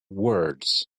words